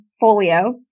folio